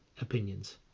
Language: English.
opinions